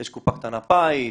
יש קופה קטנה פיס,